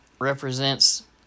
represents